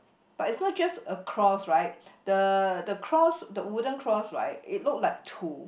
but is not just a cross right the the cross the wooden cross right it not like to